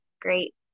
great